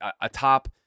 atop